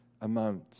amount